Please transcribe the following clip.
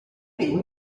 privo